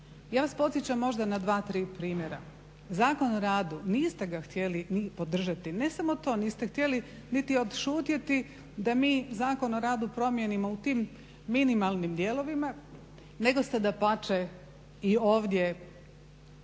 ja vas podsjećam možda na 2, 3 primjera. Zakon o radu – niste ga htjeli ni podržati, ne samo to niste htjeli niti odšutjeti da mi Zakon o radu promijenimo u tim minimalnim dijelovima nego ste dapače i ovdje